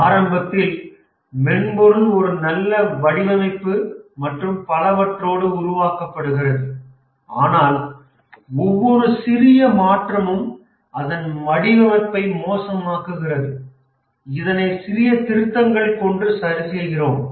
ஆரம்பத்தில் மென்பொருள் ஒரு நல்ல வடிவமைப்பு மற்றும் பலவற்றோடு உருவாக்கப்படுகிறது ஆனால் ஒவ்வொரு சிறிய மாற்றமும் அதன் வடிவமைப்பை மோசமாக்குகிறது இதனை சிறிய திருத்தங்கள் கொண்டு சரிசெய்கின்றோம்